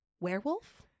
Werewolf